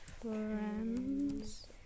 friends